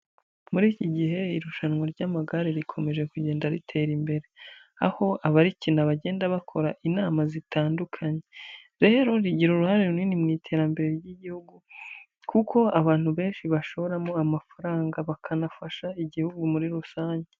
Muri iki gihe irushanwa ry'amagare rikomeje kugenda ritera imbere, aho abarikina bagenda bakora inama zitandukanye, rero rigira uruhare runini mu iterambere ry'igihugu, kuko abantu benshi bashoramo amafaranga, bakanafasha igihugu muri rusange.